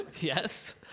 Yes